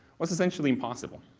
was essentially impossible.